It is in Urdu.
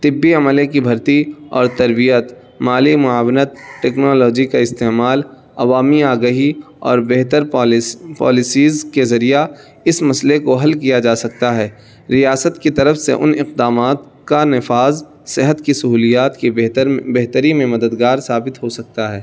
طبی عملے کی بھرتی اور تربیت مالی معاونت ٹیکنالوجی کا استعمال عوامی آگہی اور بہتر پالس پالیسیز کے ذریعہ اس مسئلے کو حل کیا جا سکتا ہے ریاست کی طرف سے ان اقدامات کا نفاذ صحت کی سہولیات کی بہتر بہتری میں مددگار ثابت ہو سکتا ہے